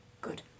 Good